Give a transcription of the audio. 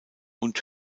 und